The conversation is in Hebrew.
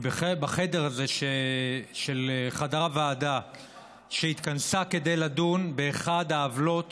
בחדר הזה הוועדה התכנסה כדי לדון באחת העוולות